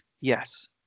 Yes